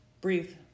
breathe